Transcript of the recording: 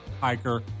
hiker